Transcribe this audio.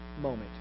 moment